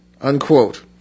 unquote